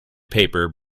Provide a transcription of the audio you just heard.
paper